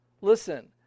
Listen